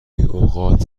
اوقات